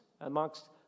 amongst